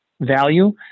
value